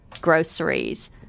groceries